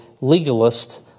legalist